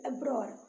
abroad